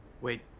Wait